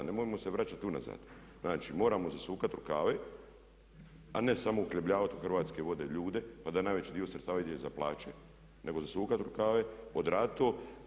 Nemojmo se vraćati unazad, znači moramo zasukati rukave a ne samo uhljebljavati u Hrvatske vode ljude pa da najveći dio sredstava ide za plaće nego zasukati rukave, odraditi to.